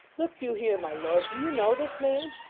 look you here, my lord. do you know this man